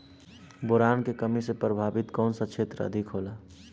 Boron के कमी से प्रभावित कौन सा क्षेत्र अधिक होला?